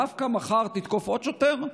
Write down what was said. דווקא מחר תתקוף עוד שוטר?